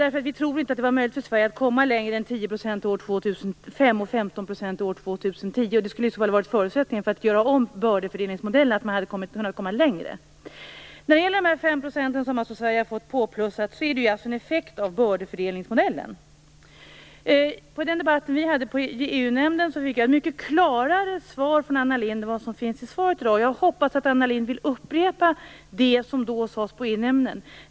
Vi trodde nämligen inte att det var möjligt för Sverige att komma längre än 10 % till år 2005 och 15 % till år 2010. Det skulle i sådana fall ha varit en förutsättning för att göra om bördefördelningsmodellen. De ytterligare 5 % som Sverige fått är alltså en effekt av bördefördelningsmodellen. I den debatt vi hade i EU-nämnden fick jag mycket klarare svar från Anna Lindh än hon ger i svaret i dag. Jag hoppas att Anna Lindh vill upprepa det som då sades.